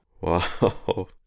Wow